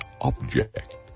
object